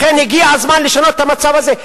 לכן הגיע הזמן לשנות את המצב הזה.